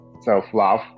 self-love